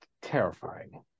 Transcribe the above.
terrifying